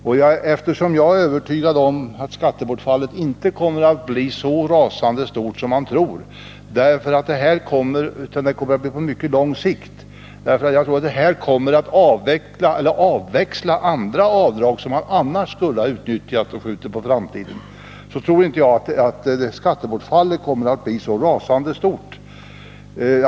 Jag är också övertygad om att skattebortfallet inte kommer att bli så rasande stort som man tror. Det här är någonting på mycket lång sikt, och avdragen kommer också att ersätta andra avdrag som annars skulle ha utnyttjats. Jag tror alltså inte att skattebortfallet kommer att bli så rasande stort omgående.